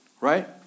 Right